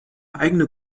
eigene